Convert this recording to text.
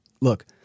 look